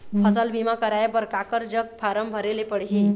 फसल बीमा कराए बर काकर जग फारम भरेले पड़ही?